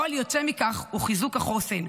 אז פועל יוצא מכך הוא חיזוק החוסן,